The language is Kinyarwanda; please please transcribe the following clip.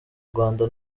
rwanda